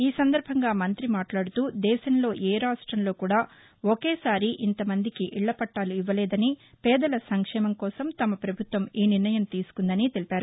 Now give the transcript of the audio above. ఈ సందర్బంగా మంత్రి మాట్లాడుతూ దేశంలో ఏ రాష్టంలో కూడా ఒకేసారి ఇంతమందికి ఇళ్ల పట్టాలు ఇవ్వలేదని పేదల సంక్షేమం కోసం తమ పభుత్వం ఈ నిర్ణయం తీసుకుందని తెలిపారు